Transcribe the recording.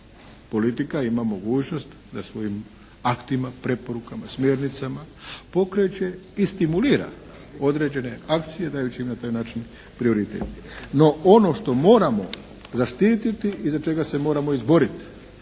politika ima mogućnost da svojim aktima, preporukama, smjernicama pokreće i stimulira određene akcije dajući na taj način prioritet. No, ono što moramo zaštititi i za što se moramo izboriti,